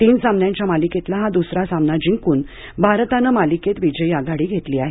तीन सामन्यांच्या मालिकेतला हा दुसरा सामना जिंकून भारताने मालिकेत विजयी आघाडी घेतली आहे